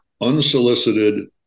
unsolicited